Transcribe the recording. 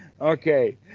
okay